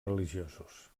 religiosos